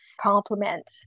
complement